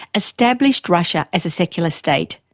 established russia as a secular state.